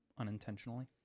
unintentionally